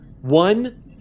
one